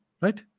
Right